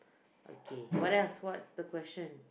okay what else what's the question